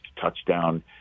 touchdown